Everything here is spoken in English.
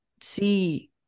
see